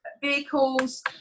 vehicles